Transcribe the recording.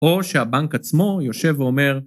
או, שהבנק עצמו, יושב ואומר,